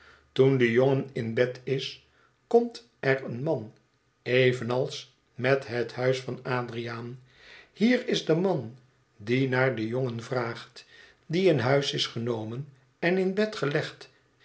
toen de jongen in bed is komt er een man evenals met het huis van adriaan hier is de man die naar den jongen vraagt die in huis is genomen en in bed gelegd